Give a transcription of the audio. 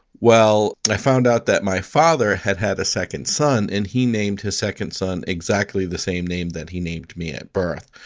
well, i found out that my father had had a second son, and he named his second son exactly the same name that he named me at birth.